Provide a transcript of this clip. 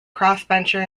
crossbencher